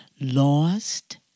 Lost